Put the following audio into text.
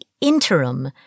interim